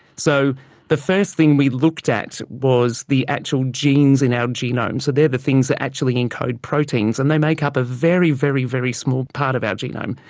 so the first thing we looked at was the actual genes in our genome, so they are the things that actually encode proteins, and they make up a very, very very small part of our genome.